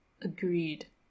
Agreed